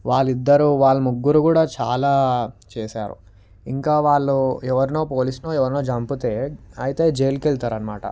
వాళ్ళిద్దరు వాళ్ళ ముగ్గురు కూడా చాలా చేశారు ఇంకా వాళ్ళు ఎవరినో పోలీసునో ఎవరిరో చంపుతే అయితే జైలుకి వెళ్తారనమాట